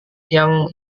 yang